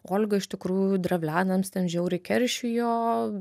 olga iš tikrųjų drevlianams ten žiauriai keršijo